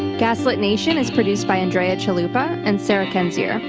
gaslit nation is produced by andrea chalupa and sarah kendzior.